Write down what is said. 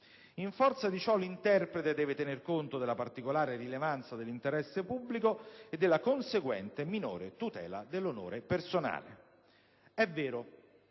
In forza di ciò, l'interprete deve tener conto della particolare rilevanza dell'interesse pubblico e della conseguente minore tutela dell'onore personale. È vero: